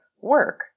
work